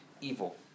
evil